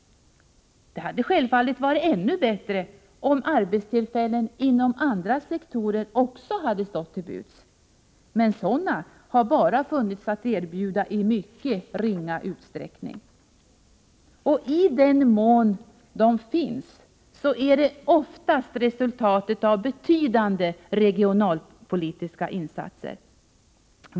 Det hade självfallet varit ännu bättre om arbetstillfällen inom andra sektorer också hade stått till buds, men sådana har bara funnits att erbjuda i mycket ringa utsträckning. I den mån de finns är det oftast resultatet av betydande regionalpolitiska insatser.